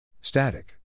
Static